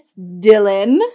Dylan